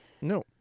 no